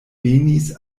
venis